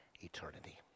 eternity